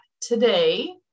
today